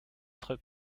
très